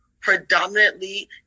predominantly